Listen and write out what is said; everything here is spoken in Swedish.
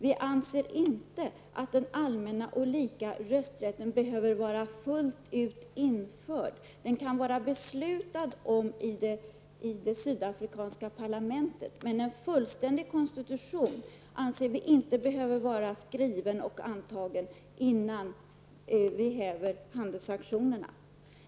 Vi anser emellertid inte att den allmänna och lika rösträtten behöver vara fullt ut införd. Den kan vara beslutad i det sydafrikanska parlamentet, men vi anser inte att en fullständig konstitution behöver vara skriven och antagen innan vi häver handelssanktionerna.